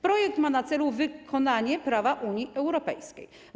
Projekt ma na celu wykonanie prawa Unii Europejskiej.